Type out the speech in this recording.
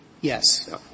Yes